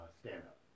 Stand-up